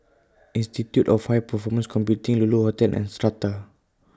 Institute of High Performance Computing Lulu Hotel and Strata